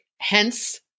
Hence